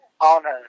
honor